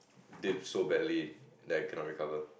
dead so badly like cannot recover